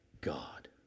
God